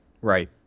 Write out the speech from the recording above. right